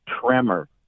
tremor